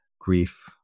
grief